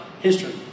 history